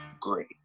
great